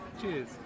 Cheers